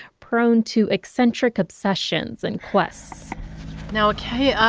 prone to eccentric obsessions and quests now, okay. um